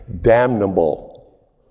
Damnable